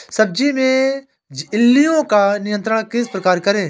सब्जियों में इल्लियो का नियंत्रण किस प्रकार करें?